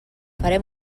farem